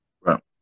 Right